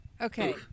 okay